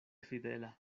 fidela